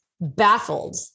baffled